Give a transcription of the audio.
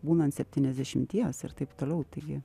būnant septyniasdešimties ir taip toliau taigi